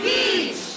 Beach